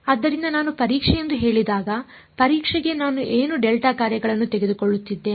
ಆದ್ದರಿಂದ ನಾನು ಪರೀಕ್ಷೆ ಎಂದು ಹೇಳಿದಾಗ ಪರೀಕ್ಷೆಗೆ ನಾನು ಏನು ಡೆಲ್ಟಾ ಕಾರ್ಯಗಳನ್ನು ತೆಗೆದುಕೊಳ್ಳುತ್ತಿದ್ದೇನೆ